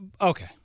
Okay